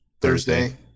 Thursday